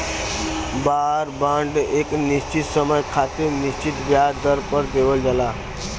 वार bond एक निश्चित समय खातिर निश्चित ब्याज दर पर देवल जाला